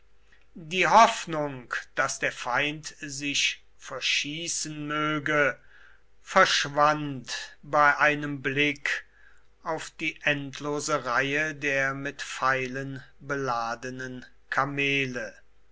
die hoffnung daß der feind sich verschießen möge verschwand bei einem blick auf die endlose reihe der mit pfeilen beladenen kamele